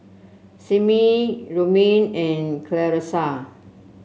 Simmie Romaine and Clarissa